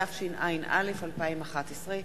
התשע”א 2011,